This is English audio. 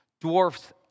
dwarfs